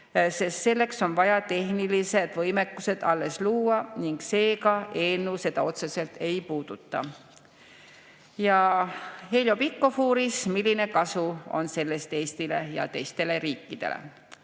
sest selleks on vaja tehnilised võimekused alles luua ning seega eelnõu seda otseselt ei puuduta. Heljo Pikhof uuris, milline on kasu sellest Eestile ja teistele riikidele.